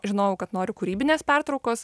žinojau kad noriu kūrybinės pertraukos